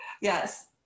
Yes